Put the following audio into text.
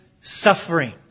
suffering